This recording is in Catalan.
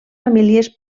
famílies